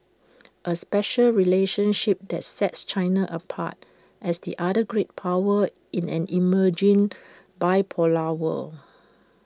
A special relationship that sets China apart as the other great power in an emerging bipolar world